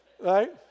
right